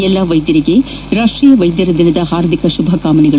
ಎಲ್ಲ ವೈದ್ಯರಿಗೆ ರಾಷ್ಟೀಯ ವೈದ್ಯರ ದಿನದ ಹಾರ್ದಿಕ ಶುಭಕಾಮನೆಗಳು